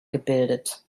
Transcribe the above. gebildet